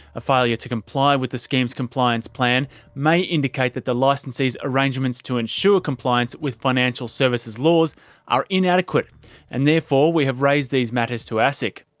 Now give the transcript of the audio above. a failure to comply with the scheme's compliance plan may indicate that the licensee's arrangements to ensure compliance with financial services laws are inadequate and therefore we have raised these matters to asic.